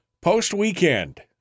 post-weekend